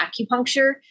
acupuncture